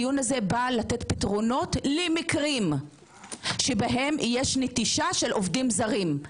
הדיון הזה בא לתת פתרונות למקרים שבהם יש נטישה של עובדים זרים.